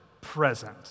present